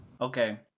Okay